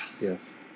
Yes